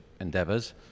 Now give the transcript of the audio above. endeavors